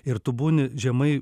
ir tu būni žemai